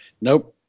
Nope